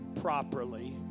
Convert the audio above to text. properly